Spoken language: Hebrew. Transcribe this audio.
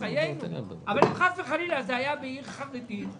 אבל אם חס וחלילה זה היה בעיר חרדית,